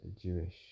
Jewish